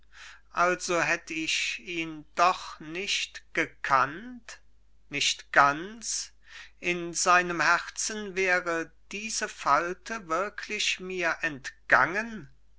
also hätt ich ihn doch nicht gekannt nicht ganz in seinem herzen wär diese falte wirklich mir entgangen